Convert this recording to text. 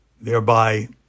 Thereby